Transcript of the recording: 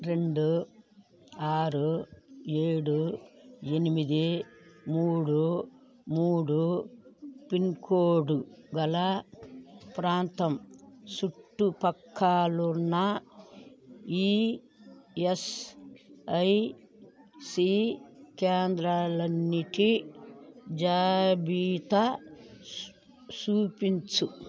రెండు ఆరు ఏడు ఎనిమిది మూడు మూడు పిన్ కోడు గల ప్రాంతం చుట్టుపక్కలున్న ఈయస్ఐసి కేంద్రాలన్నిటి జాబితా చూపించు